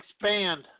expand